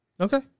Okay